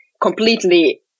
completely